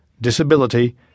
disability